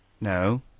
No